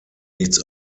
nichts